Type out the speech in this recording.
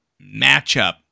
matchup